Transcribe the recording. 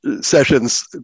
sessions